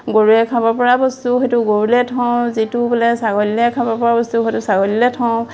গৰুৱে খাব পৰা বস্তু সেইটো গৰুলে থওঁ যিটো বোলে ছাগলীয়ে খাব পৰা বস্তু হয়তো ছাগলীলে থওঁ